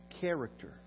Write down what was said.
Character